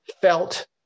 felt